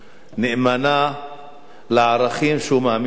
נאמן לערכים שהוא מאמין בהם.